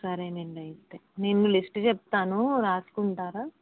సరే అండి అయితే నేను లిస్ట్ చెప్తాను వ్రాసుకుంటారా